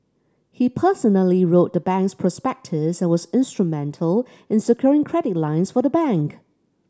he personally wrote the bank's prospectus and was instrumental in securing credit lines for the bank